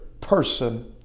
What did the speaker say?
person